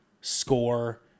score